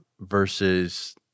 versus